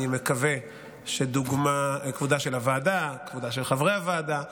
כבודם של חברי הוועדה,